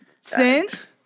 Since-